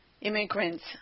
immigrants